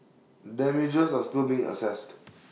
damages are still being assessed